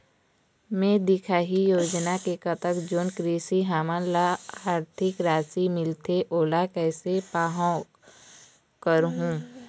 मैं दिखाही योजना के तहत जोन कृषक हमन ला आरथिक राशि मिलथे ओला कैसे पाहां करूं?